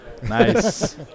Nice